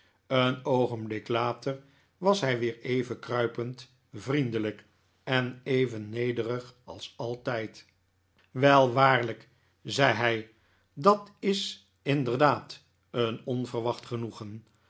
een oogenblik later was hij weer even kruipend vriendelijk en even nederig als altijd wel waarlijk zei hij dat is inderdaad een onverwacht genoegen